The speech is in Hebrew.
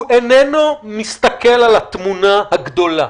הוא איננו מסתכל על התמונה הגדולה.